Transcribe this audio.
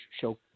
show